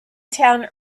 town